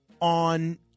on